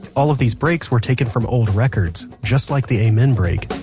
all of these breaks were taken from old records, just like the amen break